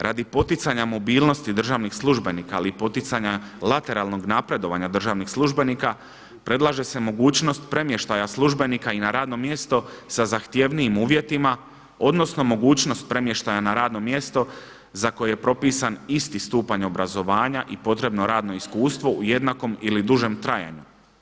Radi poticanja mobilnosti državnih službenika, ali i poticanja lateralnog napredovanja državnih službenika predlaže se mogućnost premještaja službenika i na radno mjesto sa zahtjevnijim uvjetima, odnosno mogućnost premještaja na radno mjesto za koji je propisan isti stupanj obrazovanja i potrebno radno iskustvo u jednakom ili dužem trajanju.